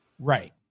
Right